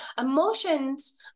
emotions